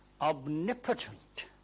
omnipotent